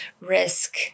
risk